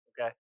okay